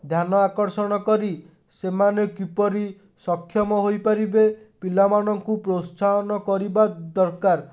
ଧ୍ୟାନ ଆକର୍ଷଣ କରି ସେମାନେ କିପରି ସକ୍ଷମ ହୋଇପାରିବେ ପିଲାମାନଙ୍କୁ ପ୍ରତ୍ସାହନ କରିବା ଦରକାର